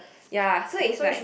ya so it's like